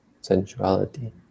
sensuality